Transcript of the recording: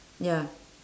ya